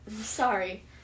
Sorry